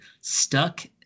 stuck